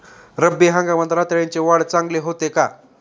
रब्बी हंगामात रताळ्याची वाढ चांगली होते का?